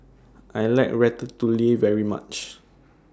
I like Ratatouille very much